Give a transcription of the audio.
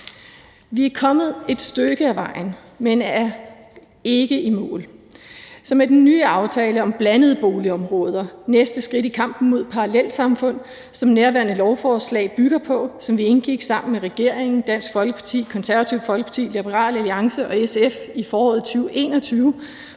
Vi er kommet et stykke ad vejen, men er ikke i mål. Så med den nye aftale om blandede boligområder, næste skridt i kampen mod parallelsamfund, som nærværende lovforslag bygger på, og som vi indgik sammen med regeringen, Dansk Folkeparti, Det Konservative Folkeparti, Liberal Alliance og SF i foråret 2021,